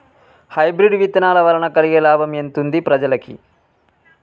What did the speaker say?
Hybrid విత్తనాల వలన కలిగే లాభం ఎంతుంది ప్రజలకి?